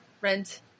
rent